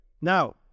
Now